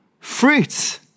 fruits